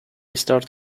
start